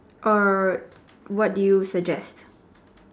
or what do you suggest